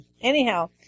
Anyhow